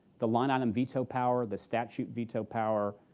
the line-item veto power, the statute veto power,